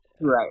Right